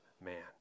man